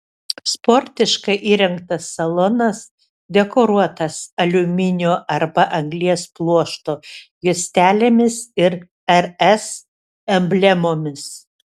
sportiškai įrengtas salonas dekoruotas aliuminio arba anglies pluošto juostelėmis ir rs emblemomis